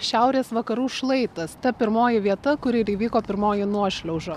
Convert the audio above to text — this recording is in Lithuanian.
šiaurės vakarų šlaitas ta pirmoji vieta kur ir įvyko pirmoji nuošliauža